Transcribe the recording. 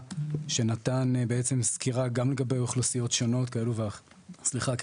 שנתן בעצם סקירה גם לגבי אוכלוסיות שונות כאלו ואחרות.